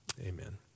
Amen